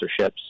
sponsorships